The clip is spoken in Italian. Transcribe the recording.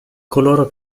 coloro